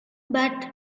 but